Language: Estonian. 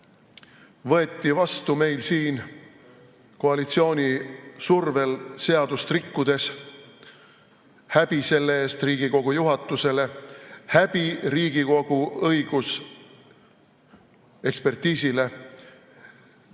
võeti meil siin vastu koalitsiooni survel ja seadust rikkudes – häbi selle eest Riigikogu juhatusele, häbi Riigikogu õigusekspertiisile